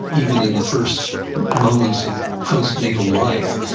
even in the first moments of postnatal life,